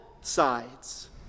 sides